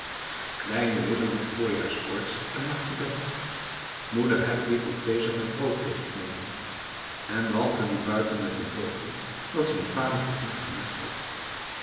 kleine willem had voorjaarskoorts en lag te bed moeder hedwig was bezig met brooddeeg kneden en walter liep buiten met het boogje dat zijn vader voor hem gemaakt had